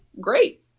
Great